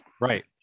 right